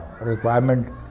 requirement